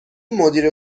مدیر